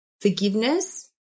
Forgiveness